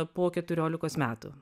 po keturiolikos metų